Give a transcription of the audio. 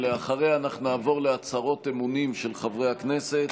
ואחריה נעבור להצהרות אמונים של חברי הכנסת.